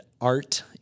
art